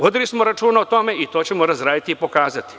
Vodili smo računa o tome i to ćemo razraditi i pokazati.